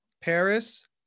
Paris